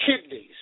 kidneys